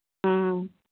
ꯎꯝ